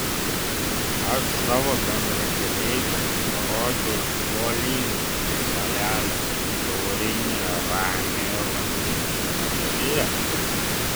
aš savo bendrakeleiviams parodžiau uolingą salelę šiaurinėje ramiojo vandenyno dalyje